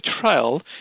trial